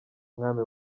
mwami